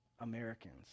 Americans